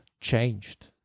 changed